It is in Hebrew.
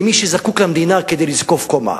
למי שזקוק למדינה כדי לזקוף קומה.